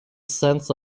sense